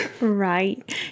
Right